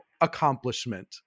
accomplishment